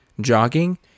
jogging